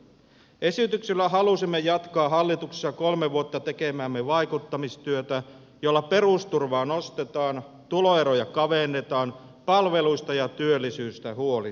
esityksillä halusimme jatkaa hallituksessa kolme vuotta tekemäämme vaikuttamistyötä jolla perusturvaa nostetaan tuloeroja kavennetaan palveluista ja työllisyydestä huolehditaan